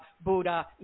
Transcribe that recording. Buddha